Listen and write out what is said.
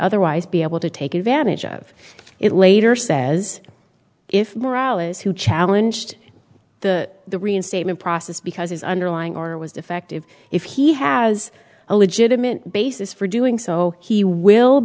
otherwise be able to take advantage of it later says if more hours who challenge the the reinstatement process because his underlying order was defective if he has a legitimate basis for doing so he will